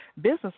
business